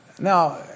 Now